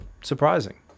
surprising